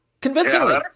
convincingly